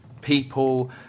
people